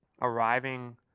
arriving